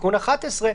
תיקון 11,